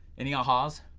any aha's?